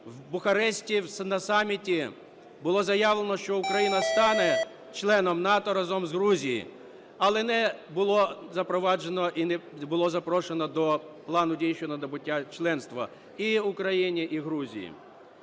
В Бухаресті на саміті було заявлено, що Україна стане членом НАТО разом з Грузією. Але не було запроваджено і не було запрошено до Плану дій щодо набуття членства і Україні, і Грузії.